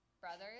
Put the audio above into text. brothers